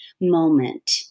moment